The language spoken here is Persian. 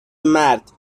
مرد